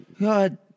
God